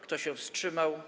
Kto się wstrzymał?